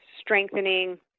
strengthening